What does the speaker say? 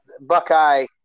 Buckeye